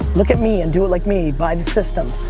look at me and do it like me, buy the system.